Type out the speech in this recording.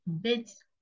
bits